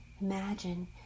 Imagine